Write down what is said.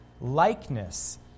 likeness